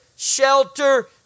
shelter